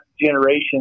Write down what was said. generation